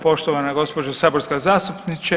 Poštovana gospođo saborska zastupnice.